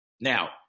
Now